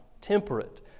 temperate